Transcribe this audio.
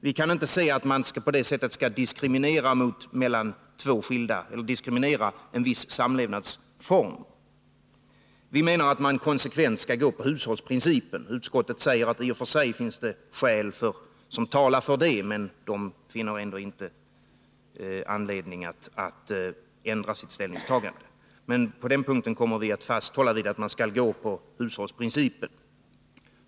Vi kan inte se att man på det sättet skall diskriminera en viss samlevnadsform. Vi menar att man konsekvent skall gå på hushållsprincipen. Utskottet säger att det i och för sig finns skäl som talar för det, men man finner ändå inte anledning att ändra sitt ställningstagande. På den punkten kommer vi att fasthålla vid att man skall gå på hushållsprincipen.